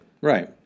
Right